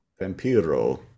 Vampiro